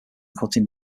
cutting